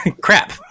Crap